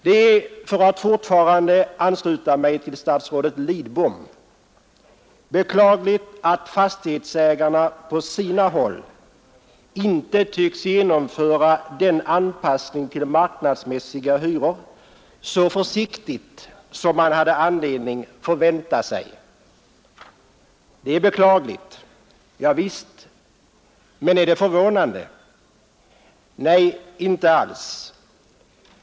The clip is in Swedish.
”Det är” — för att fortsätta citera statsrådet Lidbom — ”beklagligt att fastighetsägarna på sina håll inte tycks genomföra den anpassningen till marknadsmässiga hyror så försiktigt som man hade anledning att förvänta sig ———.” Det är beklagligt. Javisst. Men är det förvånande? Nej, inte alls.